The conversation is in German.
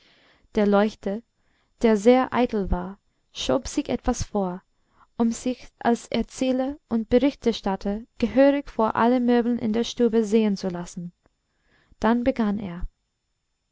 der leuchter der sehr eitel war schob sich etwas vor um sich als erzähler und berichterstatter gehörig vor allen möbeln in der stube sehen zu lassen dann begann er